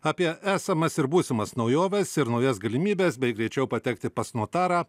apie esamas ir būsimas naujoves ir naujas galimybes bei greičiau patekti pas notarą